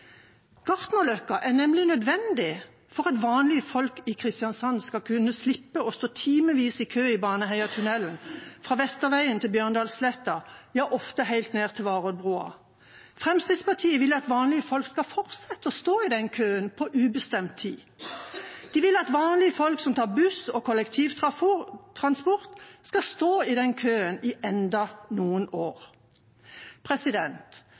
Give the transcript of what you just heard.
er nemlig nødvendig for at vanlige folk i Kristiansand skal kunne slippe å stå timevis i kø i Baneheitunnelen fra Vesterveien til Bjørndalssletta, ja, ofte helt ned til Varoddbrua. Fremskrittspartiet vil at vanlige folk skal fortsette å stå i den køen på ubestemt tid. De vil at vanlige folk som tar buss og kollektivtransport, skal stå i den køen i enda noen